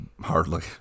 Hardly